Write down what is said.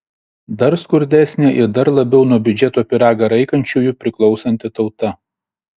dar skurdesnė ir dar labiau nuo biudžeto pyragą raikančiųjų priklausanti tauta